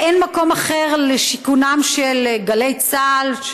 2. האין מקום אחר לשיכון גלי צה"ל?